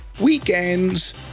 weekends